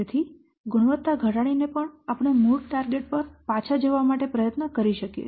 તેથી ગુણવત્તા ઘટાડીને પણ આપણે મૂળ ટાર્ગેટ પર પાછા જવા માટે પ્રયત્ન કરી શકીએ